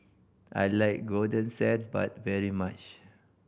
I like Golden Sand Bun very much